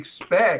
expect